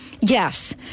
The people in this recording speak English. Yes